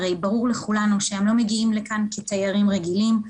הרי ברור לכולנו שהם לא מגיעים לכאן כתיירים רגילים,